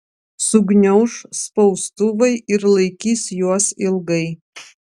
sugniauš spaustuvai ir laikys juos ilgai